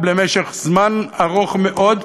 למשך זמן ארוך מאוד,